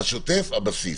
בסיס.